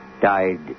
died